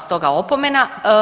Stoga opomena.